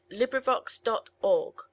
LibriVox.org